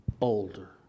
older